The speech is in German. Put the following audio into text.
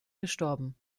gestorben